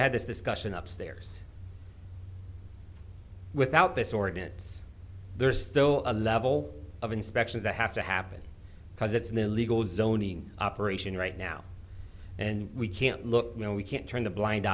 had this discussion up stairs without this ordinance there's still a level of inspections that have to happen because it's an illegal zoning operation right now and we can't look you know we can't turn a blind